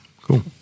cool